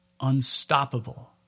unstoppable